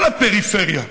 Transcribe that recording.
בכל הפריפריה,